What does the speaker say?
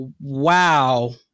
wow